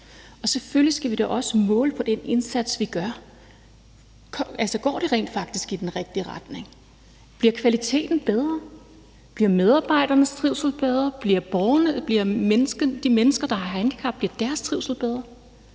Selvfølgelig skal vi da også måle på den indsats, vi gør på. Altså, går det rent faktisk i den rigtige retning? Bliver kvaliteten bedre? Bliver medarbejdernes trivsel bedre? Bliver de handicappedes trivsel bedre?